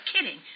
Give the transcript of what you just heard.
kidding